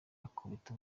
ukubita